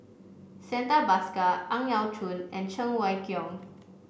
Santha Bhaskar Ang Yau Choon and Cheng Wai Keung